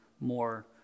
more